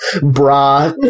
bra